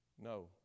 No